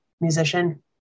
musician